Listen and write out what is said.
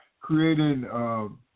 creating